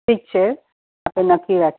ઠીક છે તો નથી રાખતા